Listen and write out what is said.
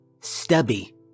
Stubby